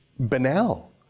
banal